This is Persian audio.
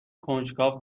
کنجکاو